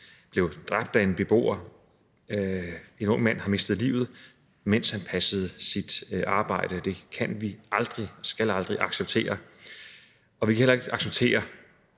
blev dræbt af en beboer. En ung mand har mistet livet, mens han passede sit arbejde, og det kan vi aldrig og skal vi aldrig acceptere, og vi kan heller ikke acceptere